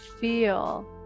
feel